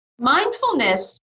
Mindfulness